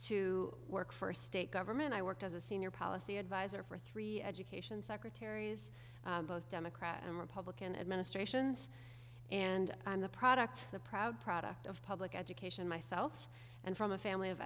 to work for state government i worked as a senior policy advisor for three education secretaries both democrat and republican administrations and i'm the product the proud product of public education myself and from a family of